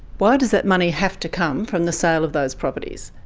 why does that money have to come from the sale of those properties?